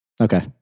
Okay